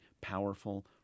powerful